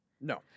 No